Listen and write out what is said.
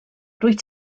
rwyt